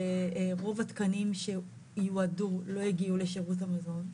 רוב התקנים שיועדו לא הגיעו לשירות המזון.